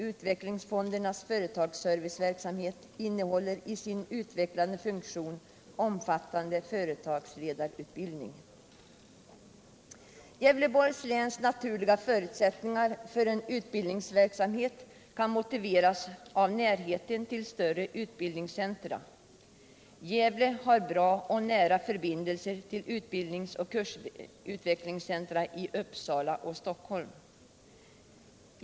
Utvecklingsfondernas företagsserviceverksamhet innehåller i sin utvecklade funktion omfattande företagsledarutbildning. 1. Gävleborgs läns naturliga förutsättningar för en utbildningsverksamhet kan motiveras av närheten till större utbildningscentra. 2. Gävle har bra och nära förbindelser till utbildningsoch kursutvecklingscentra i Uppsala och Stockholm. 3.